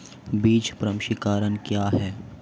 बीज प्रमाणीकरण क्या है?